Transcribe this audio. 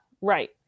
Right